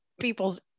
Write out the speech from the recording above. people's